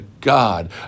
God